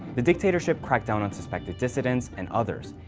the dictatorship cracked down on suspected dissidents and others,